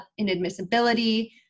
inadmissibility